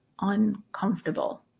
uncomfortable